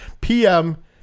PM